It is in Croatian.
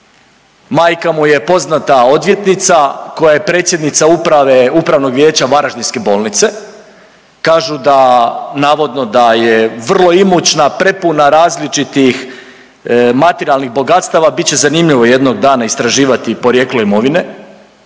majka mu je poznata odvjetnica koja je predsjednica uprave Upravnog vijeća Varaždinske bolnice, kažu da navodno da je vrlo imućna, prepuna različitih materijalnih bogatstava. Bit će zanimljivo jednog dana istraživati porijeklo imovine,